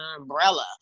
umbrella